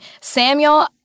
Samuel